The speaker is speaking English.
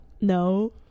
No